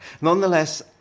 Nonetheless